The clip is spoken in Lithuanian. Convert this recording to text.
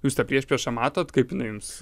jūs tą priešpriešą matot kaip jinai jums